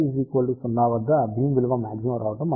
ψ0 వద్ద బీమ్ విలువ మాగ్జిమం రావటం మనము చూశాము